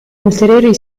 ulteriori